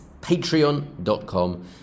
patreon.com